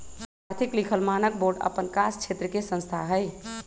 आर्थिक लिखल मानक बोर्ड अप्पन कास क्षेत्र के संस्था हइ